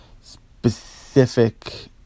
specific